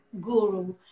guru